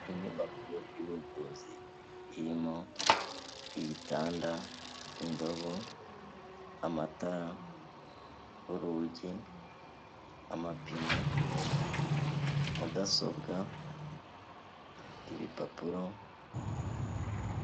Inyubako y'ubuvuzi irimo igitanda, indobo, amatara, urugi, amapine, mudasobwa, ibipapuro.